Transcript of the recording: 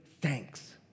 thanks